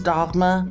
Dogma